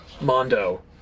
Mondo